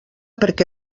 perquè